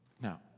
Now